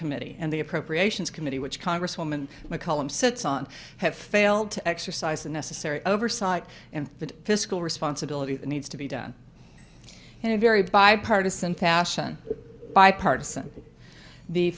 committee and the appropriations committee which congresswoman mccollum sits on have failed to exercise the necessary oversight and the fiscal responsibility needs to be done in a very bipartisan fashion bipartisan the